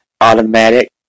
automatic